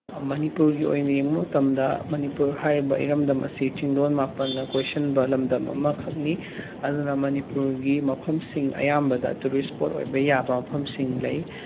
ꯃꯅꯤꯄꯨꯔꯒꯤ ꯑꯣꯏꯅ ꯌꯦꯡꯕ ꯃꯇꯝꯗ ꯃꯅꯤꯄꯨꯔ ꯍꯥꯏꯔꯤꯕ ꯏꯔꯝꯗꯝ ꯑꯁꯤ ꯆꯤꯡꯂꯣꯟ ꯃꯥꯄꯜꯅ ꯀꯣꯏꯁꯤꯟꯕ ꯂꯝꯗꯝ ꯑꯃꯈꯛꯅꯤ ꯑꯗꯨꯅ ꯃꯅꯤꯄꯨꯔꯒꯤ ꯃꯐꯝꯁꯤꯡ ꯑꯌꯥꯝꯕꯗ ꯇꯨꯔꯤꯁ ꯁꯐꯄꯣꯠ ꯑꯣꯏꯕ ꯌꯥꯕ ꯃꯐꯝꯁꯤꯡ ꯂꯩ